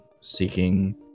seeking